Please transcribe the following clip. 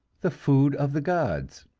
the food of the gods,